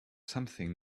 something